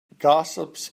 gossips